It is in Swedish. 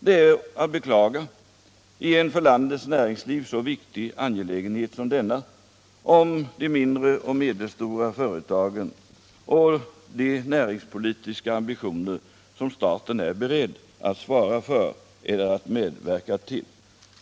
Det är att beklaga i en för landets näringsliv så viktig angelägenhet som denna som gäller de mindre och medelstora företagen och de näringspolitiska ambitioner som staten är beredd att understödja.